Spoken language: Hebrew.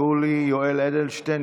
יולי יואל אדלשטיין,